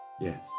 Yes